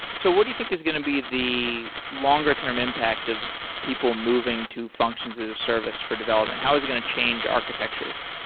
so what do you think is going to be the longer-term impact of people moving to functions as a service for development? how is it going to change architectures?